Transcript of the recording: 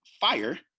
fire